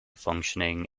functioning